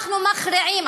אנחנו מכריעים,